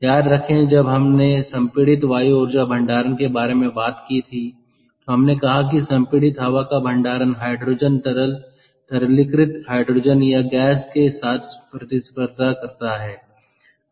याद रखें जब हमने संपीड़ित वायु ऊर्जा भंडारण के बारे में बात की थी तो हमने कहा कि संपीड़ित हवा का भंडारण हाइड्रोजन तरल तरलीकृत हाइड्रोजन या गैस के साथ प्रतिस्पर्धा करता हैं